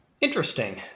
Interesting